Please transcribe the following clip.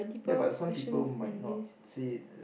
ya but some people might not see it